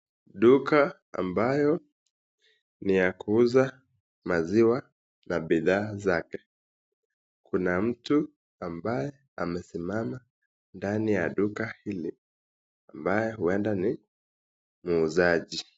Duka ambayo ni ya kuuza maziwa na bidhaa zake. Kuna mtu ambaye amesimama ndani ya duka hili, ambaye huenda ni muuzaji.